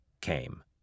came